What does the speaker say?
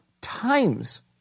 times